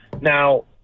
Now